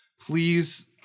please